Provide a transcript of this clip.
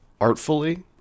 artfully